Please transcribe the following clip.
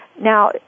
Now